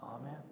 Amen